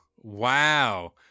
Wow